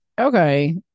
okay